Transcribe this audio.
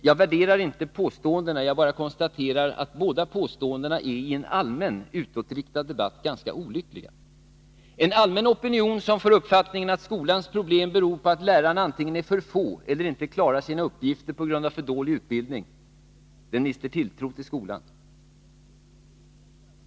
Jag värderar inte påståendena, jag bara konstaterar att båda påståendena är i en allmän, utåtriktad debatt ganska olyckliga. En allmän opinion som får uppfattningen att skolans problem beror på att lärarna antingen är för få eller inte klarar sina uppgifter på grund av för dålig utbildning mister tilltro till skolan.